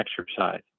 exercise